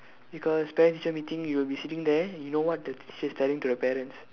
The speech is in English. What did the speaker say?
because parents teacher meeting you'll be sitting there you know what the teacher is telling to your parents